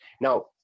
now